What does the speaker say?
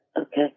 Okay